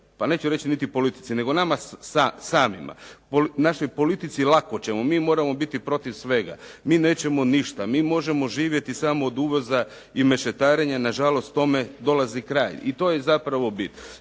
pa neću reći niti politici nego sama samima. Našoj politici lako ćemo, mi moramo biti protiv svega. Mi nećemo ništa. Mi možemo živjeti samo od uvoza i mešetarenja, nažalost tome dolazi kraj i to je zapravo bit.